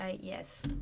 Yes